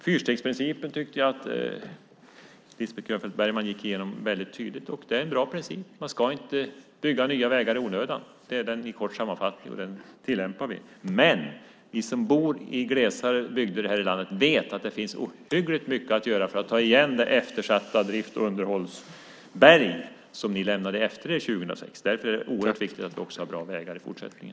Jag tyckte att Lisbeth Grönfeldt Bergman gick igenom fyrstegsprincipen tydligt. Det är en bra princip. Man ska inte bygga nya vägar i onödan. Det är principen i kort sammanfattning, och vi tillämpar den. Men vi som bor i glesare bygder i landet vet att det finns ohyggligt mycket att göra för att ta igen det eftersatta drifts och underhållsberg som ni lämnade efter er 2006. Därför är det oerhört viktigt att också ha bra vägar i fortsättningen.